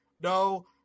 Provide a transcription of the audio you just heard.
no